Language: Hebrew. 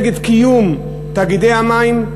נגד קיום תאגידי המים,